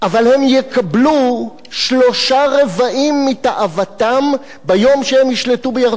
אבל הם יקבלו שלושה-רבעים מתאוותם ביום שהם ישלטו בירדן.